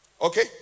Okay